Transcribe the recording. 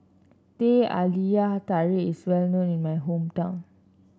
Teh Halia Tarik is well known in my hometown